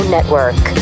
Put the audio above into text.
Network